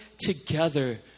together